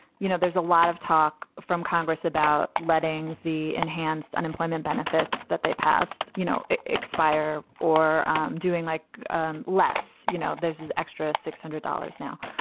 you know, there's a lot of talk from congress about letting the enhanced unemployment benefits that they passed, you know, expire or doing like ah less. you know, there's this extra six hundred dollars now.